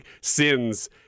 sins